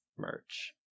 merch